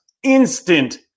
instant